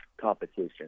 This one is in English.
Competition